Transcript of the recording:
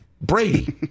Brady